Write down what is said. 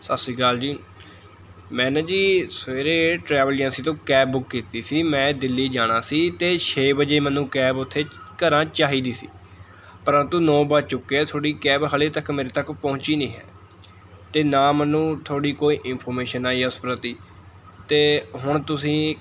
ਸਤਿ ਸ਼੍ਰੀ ਅਕਾਲ ਜੀ ਮੈਂ ਨਾ ਜੀ ਸਵੇਰੇ ਟਰੈਵਲ ਏਜੰਸੀ ਤੋਂ ਕੈਬ ਬੁੱਕ ਕੀਤੀ ਸੀ ਮੈਂ ਦਿੱਲੀ ਜਾਣਾ ਸੀ ਅਤੇ ਛੇ ਵਜੇ ਮੈਨੂੰ ਕੈਬ ਉੱਥੇ ਘਰਾਂ ਚਾਹੀਦੀ ਸੀ ਪਰੰਤੂ ਨੌ ਵੱਜ ਚੁੱਕੇ ਆ ਤੁਹਾਡੀ ਕੈਬ ਹਲੇ ਤੱਕ ਮੇਰੇ ਤੱਕ ਪਹੁੰਚੀ ਨਹੀਂ ਹੈ ਅਤੇ ਨਾ ਮੈਨੂੰ ਤੁਹਾਡੀ ਕੋਈ ਇਨਫੋਰਮੇਸ਼ਨ ਆਈ ਹੈ ਉਸ ਪ੍ਰਤੀ ਅਤੇ ਹੁਣ ਤੁਸੀਂ